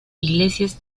iglesias